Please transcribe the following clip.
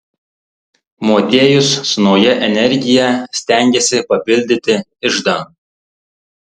motiejus su nauja energija stengėsi papildyti iždą